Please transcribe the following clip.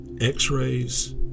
X-rays